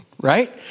right